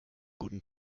guten